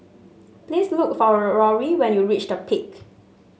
please look for Rory when you reach The Peak